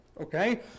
Okay